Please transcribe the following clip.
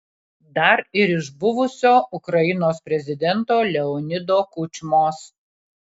dar ir iš buvusio ukrainos prezidento leonido kučmos